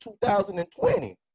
2020